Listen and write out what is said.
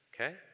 okay